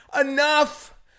enough